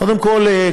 קודם כול,